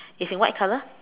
it's in white colour